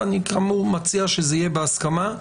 וכאמור אני מציע שזה יהיה בהסכמה.